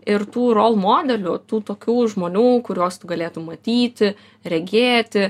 ir tų rol modelių tų tokių žmonių kuriuos tu galėtum matyti regėti